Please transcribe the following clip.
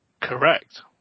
correct